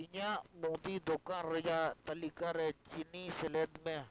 ᱤᱧᱟᱹᱜ ᱢᱩᱫᱤ ᱫᱳᱠᱟᱱ ᱨᱮᱭᱟᱜ ᱛᱟᱹᱞᱤᱠᱟ ᱨᱮ ᱪᱤᱱᱤ ᱥᱮᱞᱮᱫ ᱢᱮ